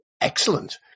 excellent